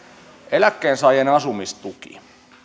eläkkeensaajien asumistuki